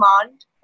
command